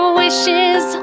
wishes